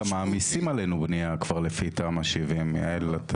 כבר מעמיסים עלינו בנייה כבר לפי תמ"א 70 יעל.